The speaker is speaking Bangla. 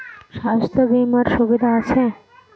স্বাস্থ্য বিমার সুবিধা আছে?